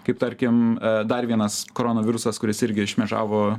kaip tarkim dar vienas korona virusas kuris irgi šmėžavo